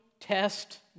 test